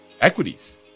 equities